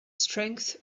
strength